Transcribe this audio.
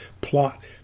plot